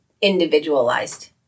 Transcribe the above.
individualized